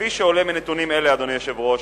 כפי שעולה מנתונים אלה, אדוני היושב-ראש,